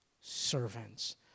servants